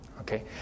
Okay